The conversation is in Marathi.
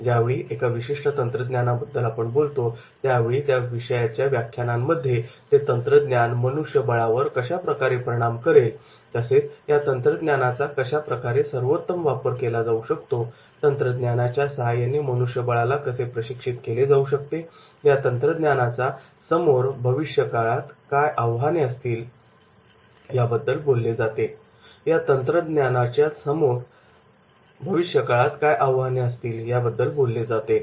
ज्यावेळी एका विशिष्ट तंत्रज्ञानाबद्दल आपण बोलतो त्यावेळी त्या विषयाच्या व्याख्यानांमध्ये ते तंत्रज्ञान मनुष्यबळावर कशाप्रकारे परिणाम करेल तसेच या तंत्रज्ञानाचा कशाप्रकारे सर्वोत्तम वापर केला जाऊ शकतो तंत्रज्ञानाच्या सहाय्याने मनुष्यबळाला कसे प्रशिक्षित केले जाऊ शकते या तंत्रज्ञानाचा समोर भविष्यकाळात काय आव्हाने असतील याबद्दल बोलले जाते